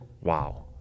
Wow